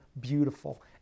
beautiful